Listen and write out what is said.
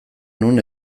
non